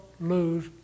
lose